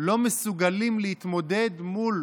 לא מסוגלים להתמודד מול